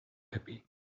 happy